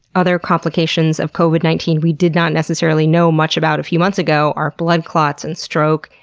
other complications of covid nineteen we did not necessarily know much about a few months ago are, blood clots and stroke,